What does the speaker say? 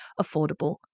affordable